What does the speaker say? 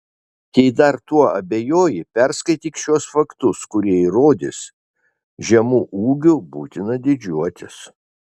jei dar tuo abejoji perskaityk šiuos faktus kurie įrodys žemu ūgiu būtina didžiuotis